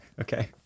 Okay